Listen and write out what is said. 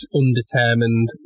undetermined